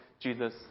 Jesus